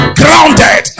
grounded